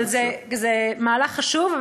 אבל זה מהלך חשוב.